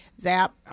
Zap